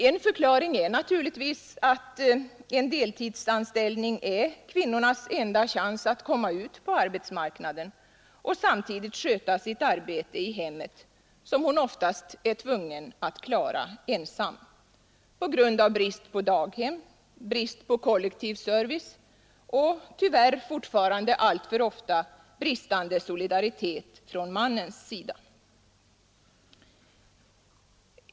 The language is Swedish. En förklaring är naturligtvis att en deltidsanställning är kvinnornas enda chans att komma ut på arbetsmarknaden och samtidigt kunna sköta sitt arbete i hemmet, som hon oftast är tvungen att klara ensam — på grund av brist på daghem, brist på kollektiv service och tyvärr fortfarande alltför ofta bristande solidaritet från mannens sida.